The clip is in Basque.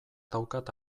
daukat